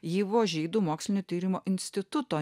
yvo žydų mokslinių tyrimų instituto